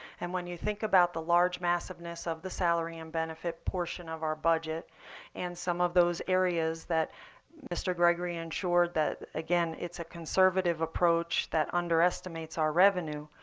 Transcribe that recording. and when you think about the large massiveness of the salary and benefit portion of our budget and some of those areas that mr. gregory ensured again, it's a conservative approach that underestimates our revenue.